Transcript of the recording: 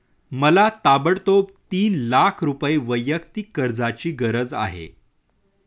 मला ताबडतोब तीन लाख रुपये वैयक्तिक कर्जाची गरज आहे